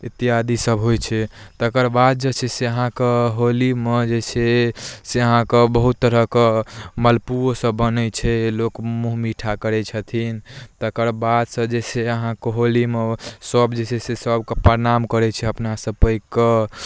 इत्यादि सभ होइ छै तकर बाद जे छै से अहाँके होलीमे जे छै से अहाँके बहुत तरहके मलपुओ सभ बनै छै लोक मूँह मीठा करै छथिन तकर बाद से जे छै से अहाँके होलीमे सभ जे छै से सभके प्रणाम करै छै अपनासँ पैघकेँ